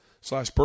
slash